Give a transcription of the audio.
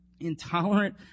intolerant